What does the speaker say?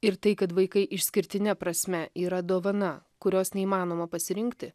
ir tai kad vaikai išskirtine prasme yra dovana kurios neįmanoma pasirinkti